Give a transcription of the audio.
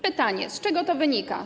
Pytanie: Z czego to wynika?